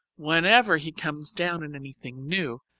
whenever he comes down in anything new,